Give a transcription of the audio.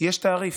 יש תעריף.